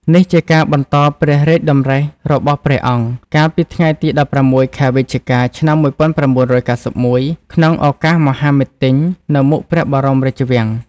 នេះជាការបន្តព្រះរាជតម្រិះរបស់ព្រះអង្គ កាលពីថ្ងៃទី១៦ ខែវិច្ឆិកា ឆ្នាំ១៩៩១ ក្នុងឱកាសមហាមិទ្ទិញនៅមុខព្រះបរមរាជវាំង។